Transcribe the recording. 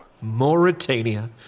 Mauritania